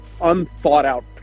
unthought-out